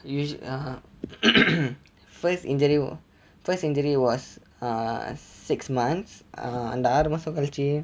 usu~ uh first injury first injury was err six months err அந்த ஆறு மாசம் கழிச்சு:antha aaru masam kalichu